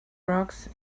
rocks